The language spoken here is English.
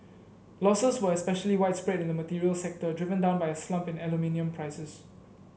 losses were especially widespread in the materials sector driven down by a slump in aluminium prices